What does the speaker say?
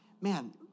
man